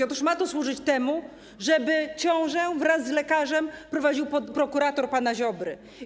Otóż ma to służyć temu, żeby ciążę wraz z lekarzem prowadził prokurator pana Ziobry.